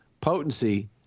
potency